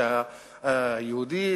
שהיהודי,